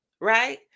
right